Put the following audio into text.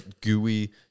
gooey